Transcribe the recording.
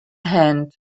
hand